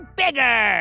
bigger